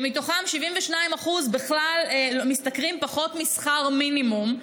שמתוכם 72% בכלל משתכרים פחות משכר מינימום,